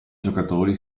giocatori